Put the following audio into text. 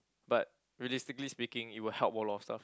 but realistically speaking it will help a lot of stuff